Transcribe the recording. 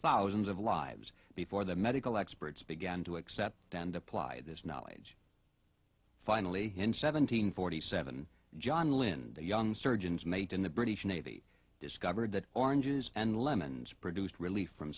thousands of lives before the medical experts began to accept and apply this knowledge finally in seven hundred forty seven john lindh the young surgeon's mate in the british navy discovered that oranges and lemons produced relief from